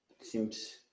seems